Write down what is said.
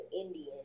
Indian